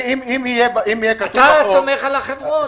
אם יהיה כתוב בחוק,